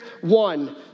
one